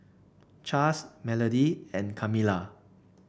Chas Melody and Kamilah